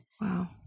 Wow